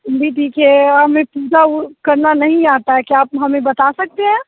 जी ठीक है हमने पूजा वह करना नहीं आता है क्या आप हमें बता सकते हैं